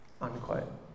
unquote